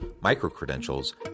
micro-credentials